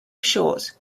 short